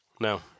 No